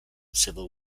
civil